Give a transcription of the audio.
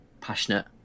passionate